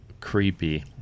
creepy